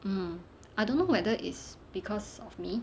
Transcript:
mm I don't know whether it's because of me